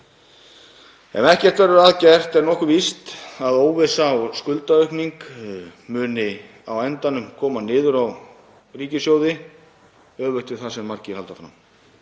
Ef ekkert verður að gert er nokkuð víst að óvissa og skuldaaukning muni á endanum koma niður á ríkissjóði öfugt við það sem margir halda fram.